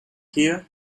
here